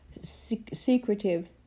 secretive